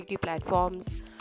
platforms